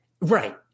Right